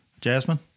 Jasmine